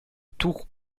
tours